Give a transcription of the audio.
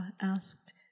asked